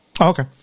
Okay